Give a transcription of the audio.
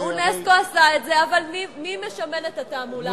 אונסק"ו עשה את זה, אבל מי משמן את התעמולה הזאת?